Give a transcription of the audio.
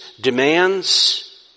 Demands